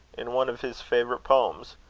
in one of his favourite poems,